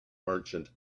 merchant